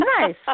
Nice